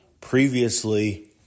previously